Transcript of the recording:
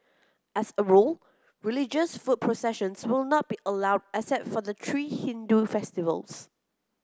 as a rule religious foot processions will not be allowed except for the three Hindu festivals